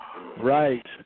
Right